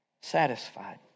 satisfied